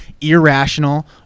Irrational